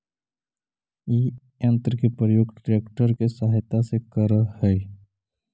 इ यन्त्र के प्रयोग ट्रेक्टर के सहायता से करऽ हई